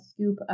scoop